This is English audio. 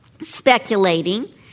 speculating